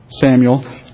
Samuel